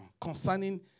concerning